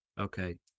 okay